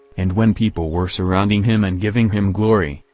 and when people were surrounding him and giving him glory,